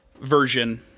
version